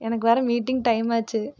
எனக்கு வேற meeting time ஆச்சு